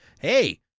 hey